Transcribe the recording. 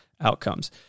outcomes